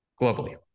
globally